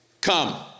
Come